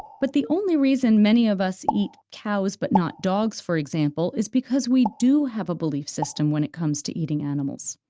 but the only reason many of us eat cows but not dogs, for example, is because we do have a belief system when it comes to eating animals.